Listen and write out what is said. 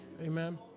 Amen